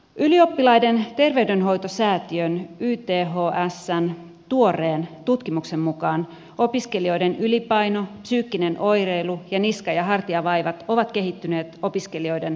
ylioppilaiden terveydenhoitosäätiön ythsn tuoreen tutkimuksen mukaan opiskelijoiden ylipaino psyykkinen oireilu ja niska ja hartiavaivat ovat kehittyneet opiskelijoiden kansantaudeiksi